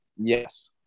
Yes